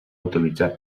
utilitzar